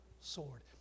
sword